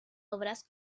obras